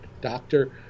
doctor